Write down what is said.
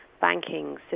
banking